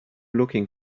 looking